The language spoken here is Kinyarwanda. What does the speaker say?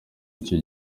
icyo